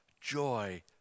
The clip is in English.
joy